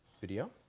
video